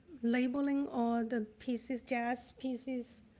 labeling all the pieces, jazz pieces,